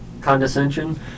condescension